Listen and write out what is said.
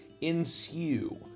ensue